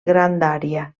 grandària